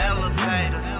Elevator